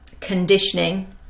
conditioning